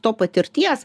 to patirties